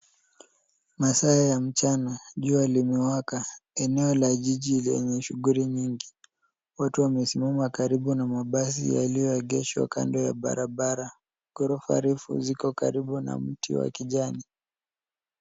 Masaa ya mchana. Jua limewaka. Eneo la jiji lenye shughuli nyingi. Watu wamesimama karibu na mabasi yaliyoegeshwa kando ya barabara. Ghorofa refu ziko karibu na mti wa kijani.